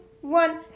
one